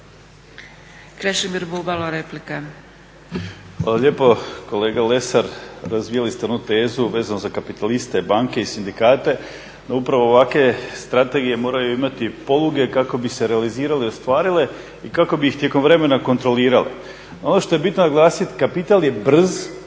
Krešimir Bubalo, replika.